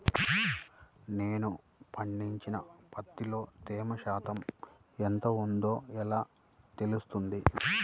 నేను పండించిన పత్తిలో తేమ శాతం ఎంత ఉందో ఎలా తెలుస్తుంది?